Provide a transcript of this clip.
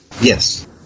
Yes